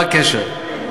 מה הקשר?